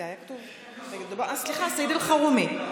סעיד אלחרומי.